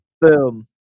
Boom